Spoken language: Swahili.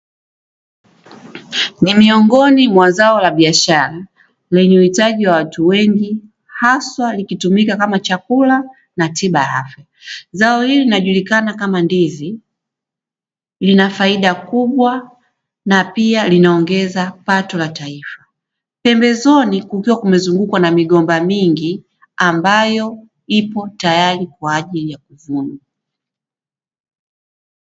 Ni miongoni mwa zao la biashara wenye uhitaji wa watu wengi haswa likitumika kama chakula na tiba ya afya. Zao hili linajulikana kama ndizi linafaida kubwa na pia linaongeza pato la taifa, pembezoni kukiwa kumezungukwa na migomba mingi ambayo ipo tayari kwa ajili ya kuvunywa.